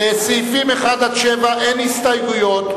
לסעיפים 1 7 אין הסתייגויות,